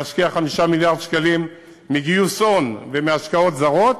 להשקיע 5 מיליארד שקלים מגיוס הון ומהשקעות זרות,